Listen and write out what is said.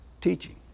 teaching